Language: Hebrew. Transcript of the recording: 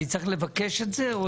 אני צריך לבקש את זה או